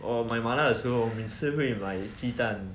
oh my mother also 每次会买鸡蛋